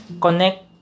connect